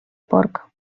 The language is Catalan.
porc